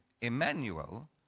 Emmanuel